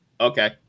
Okay